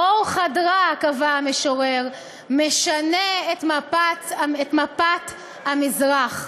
"אור חדרה", קבע המשורר, "משנה את מפת המזרח".